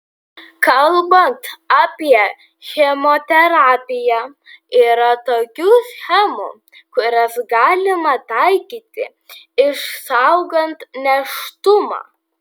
kalbant apie chemoterapiją yra tokių schemų kurias galima taikyti išsaugant nėštumą